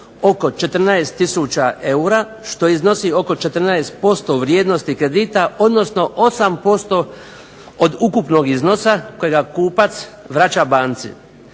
oko 14000 eura što iznosi oko 14% vrijednosti kredita, odnosno 8% od ukupnog iznosa kojega kupac vraća banci.